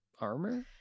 armor